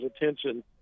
attention